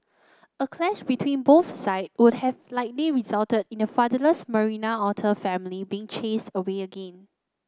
a clash between both side would have likely resulted in the fatherless Marina otter family being chased away again